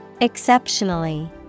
Exceptionally